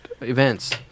events